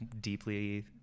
deeply